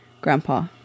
grandpa